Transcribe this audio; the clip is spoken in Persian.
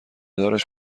دارش